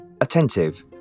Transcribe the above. Attentive